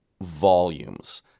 volumes